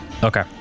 Okay